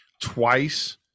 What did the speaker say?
twice